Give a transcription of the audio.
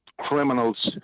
criminals